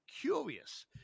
curious